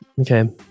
Okay